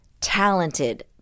talented